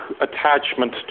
attachment